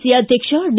C ಅಧ್ಯಕ್ಷ D